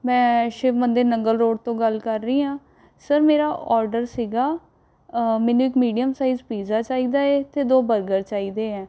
ਮੈਂ ਸ਼ਿਵ ਮੰਦਰ ਨੰਗਲ ਰੋਡ ਤੋਂ ਗੱਲ ਕਰ ਰਹੀ ਹਾਂ ਸਰ ਮੇਰਾ ਔਰਡਰ ਸੀ ਮੈਨੂੰ ਇੱਕ ਮੀਡੀਅਮ ਸਾਈਜ਼ ਪੀਜ਼ਾ ਚਾਹੀਦਾ ਹੈ ਅਤੇ ਦੋ ਬਰਗਰ ਚਾਹੀਦੇ ਹੈ